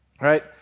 right